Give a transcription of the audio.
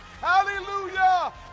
Hallelujah